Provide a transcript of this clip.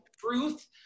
truth